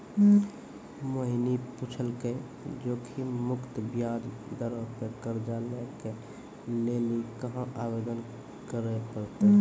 मोहिनी पुछलकै जोखिम मुक्त ब्याज दरो पे कर्जा लै के लेली कहाँ आवेदन करे पड़तै?